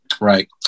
Right